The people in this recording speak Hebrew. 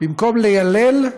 במקום ליילל,